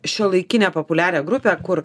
šiuolaikinę populiarią grupę kur